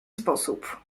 sposób